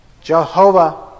Jehovah